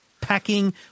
packing